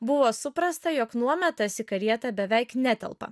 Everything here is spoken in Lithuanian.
buvo suprasta jog nuometas į karietą beveik netelpa